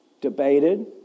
debated